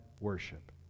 worship